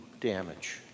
damage